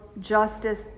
justice